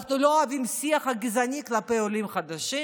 אנחנו לא אוהבים את השיח הגזעני כלפי העולים החדשים.